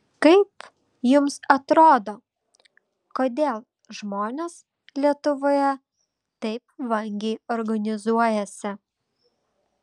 kaip jums atrodo kodėl žmonės lietuvoje taip vangiai organizuojasi